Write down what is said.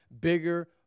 bigger